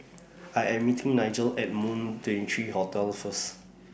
I Am meeting Nigel At Moon twenty three Hotel First